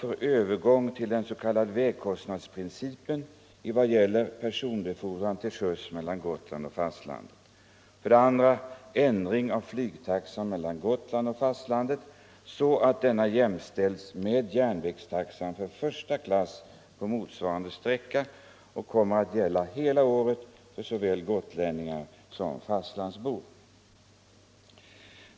I motionen hemställs först att riksdagen hos Kungl. Maj:t anhåller om 2. ändring av flygtaxan mellan Gotland och fastlandet, så att denna jämställs med järnvägstaxan för 1:a klass på motsvarande sträcka och kommer att gälla hela året för såväl gotlänningar som fastlandsbor”.